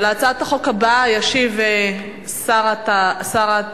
על הצעת החוק הבאה ישיב שר התעשייה,